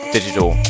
Digital